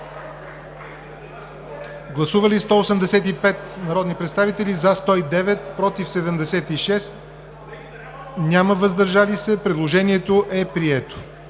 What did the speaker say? Гласували 180 народни представители: за 110, против 70, въздържали се няма. Предложението е прието.